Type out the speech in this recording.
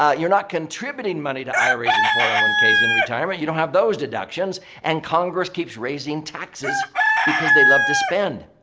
ah you're not contributing money to iras and four hundred and one k s in retirement. you don't have those deductions. and congress keeps raising taxes because they love to spend.